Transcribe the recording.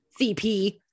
cp